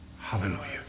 hallelujah